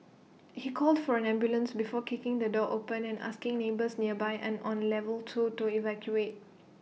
he called for an ambulance before kicking the door open and asking neighbours nearby and on level two to evacuate